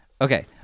Okay